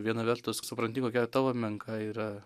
viena vertus supranti kokia tavo menka yra